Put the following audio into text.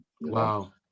Wow